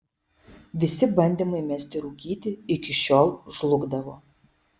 visi bandymai mesti rūkyti iki šiol žlugdavo